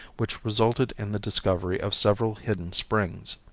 which resulted in the discovery of several hidden springs.